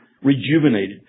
rejuvenated